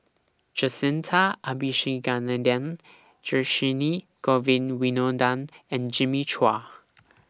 Jacintha Abisheganaden Dhershini Govin Winodan and Jimmy Chua